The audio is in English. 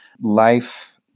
Life